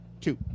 two